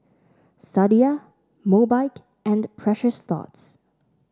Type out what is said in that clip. Sadia Mobike and Precious Thots